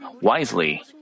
wisely